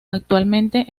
actualmente